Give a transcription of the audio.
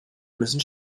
müssen